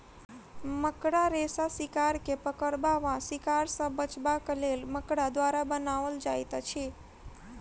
मकड़ा रेशा शिकार के पकड़बा वा शिकार सॅ बचबाक लेल मकड़ा द्वारा बनाओल जाइत अछि